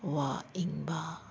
ꯋꯥ ꯏꯟꯕ